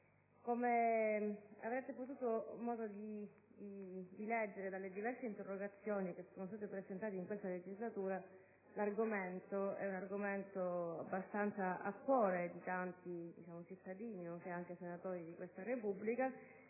come avete avuto modo di leggere dalle diverse interrogazioni che sono state presentate in questa legislatura, l'argomento sta a cuore a tanti cittadini e senatori della Repubblica,